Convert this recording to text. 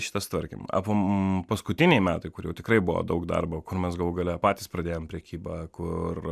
šitą sutvarkėm paskutiniai metai kur jau tikrai buvo daug darbo kur mes galų gale patys pradėjom prekybą kur